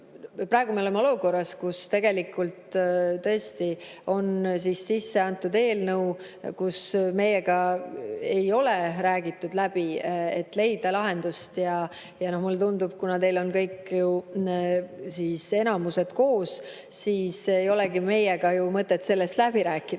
Praegu me oleme olukorras, kus tegelikult tõesti on sisse antud eelnõu, mida meiega ei ole läbi räägitud, et leida lahendust. Ja mulle tundub, et kuna teil on enamus koos, siis ei olegi meiega ju mõtet sellest läbi rääkida,